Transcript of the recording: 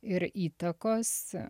ir įtakos